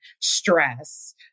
stress